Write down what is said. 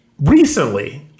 recently